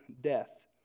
death